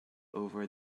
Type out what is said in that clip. over